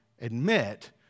admit